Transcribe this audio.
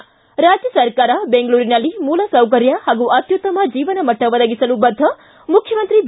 ರ್ಷಿ ರಾಜ್ಯ ಸರ್ಕಾರ ಬೆಂಗಳೂರಿನಲ್ಲಿ ಮೂಲಸೌಕರ್ಯ ಹಾಗೂ ಅತ್ಯುತ್ತಮ ಜೀವನಮಟ್ಟ ಒದಗಿಸಲು ಬದ್ಧ ಮುಖ್ಯಮಂತ್ರಿ ಬಿ